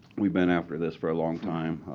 we've been after this for a long time.